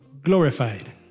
glorified